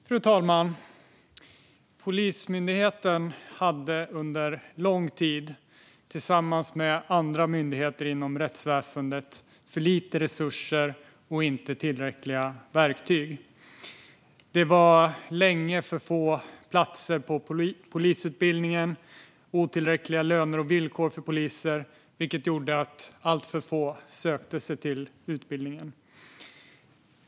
Fru talman! Polismyndigheten hade, tillsammans med andra myndigheter inom rättsväsendet, under lång tid för lite resurser och inte tillräckliga verktyg. Det var länge för få platser på polisutbildningen och otillräckliga löner och villkor för poliser, vilket gjorde att för få sökte sig dit.